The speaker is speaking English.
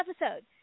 episode